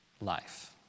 life